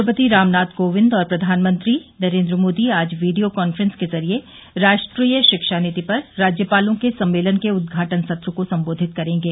राष्ट्रपति रामनाथ कोविंद और प्रधानमंत्री नरेन्द्रमोदी आज वीडियो कांफ्रेंस के जरिए राष्ट्रीय शिक्षा नीति पर राज्यपालों के सम्मेलन के उद्घाटन सत्र को संबोधित करेंगे